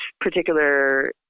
particular